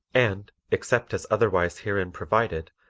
and, except as otherwise herein provided,